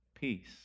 Peace